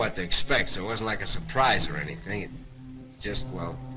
but to expect so it wasn't like a surprise or anything. it's just, well,